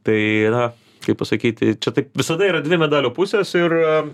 tai na kaip pasakyti čia taip visada yra dvi medalio pusės ir